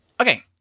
Okay